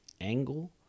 angle